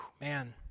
Man